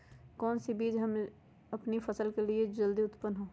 कौन सी बीज ले हम अपनी फसल के लिए जो जल्दी उत्पन हो?